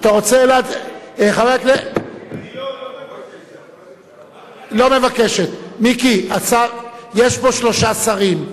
אני לא מבקש, מיקי, יש פה שלושה שרים.